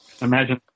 Imagine